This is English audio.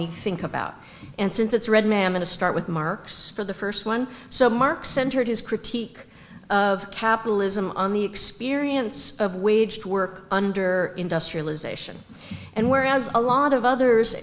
me think about and since it's redman going to start with marx for the st time so mark centered his critique of capitalism on the experience of wage work under industrialization and whereas a lot of others